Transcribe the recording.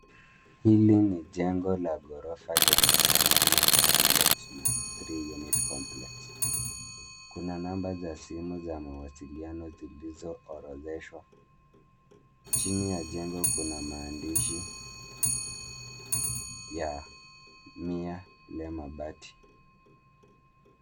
Hili ni Jengo la ghorofa lenye alama ya[ To let na 3 unit complex] kuna namba za simu za mawasiliano zilizoorodheshwa, chini ya jengo kuna maandishi ya Miale mabati .